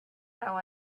how